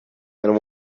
and